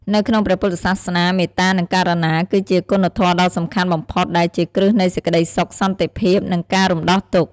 នៅក្នុងព្រះពុទ្ធសាសនា មេត្តា និង ករុណា គឺជាគុណធម៌ដ៏សំខាន់បំផុត ដែលជាគ្រឹះនៃសេចក្ដីសុខ សន្តិភាព និងការរំដោះទុក្ខ។